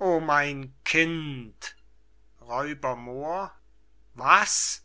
o mein kind r moor was